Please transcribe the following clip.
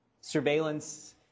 surveillance